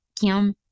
Kim